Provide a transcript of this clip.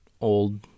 old